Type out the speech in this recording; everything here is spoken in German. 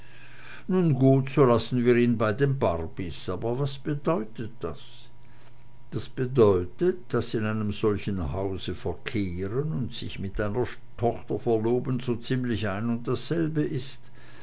nun gut so lassen wir ihn bei den barbys aber was bedeutet das das bedeutet daß in einem solchen hause verkehren und sich mit einer tochter verloben so ziemlich ein und dasselbe ist